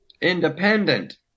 Independent